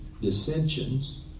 dissensions